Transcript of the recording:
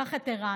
קח את ערן.